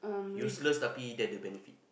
useless the benefit